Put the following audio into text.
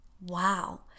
Wow